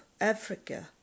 Africa